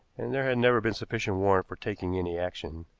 and there had never been sufficient warrant for taking any action.